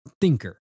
thinker